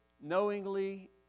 knowingly